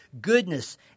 goodness